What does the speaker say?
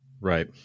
Right